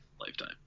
lifetime